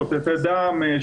שותתי דם,